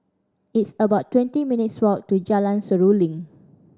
it's about twenty minutes' walk to Jalan Seruling